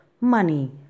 money